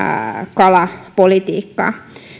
kalapolitiikkaa